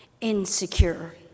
insecure